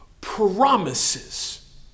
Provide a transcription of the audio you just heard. promises